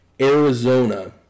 Arizona